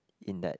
in that